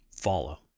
follow